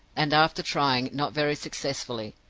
and after trying, not very successfully,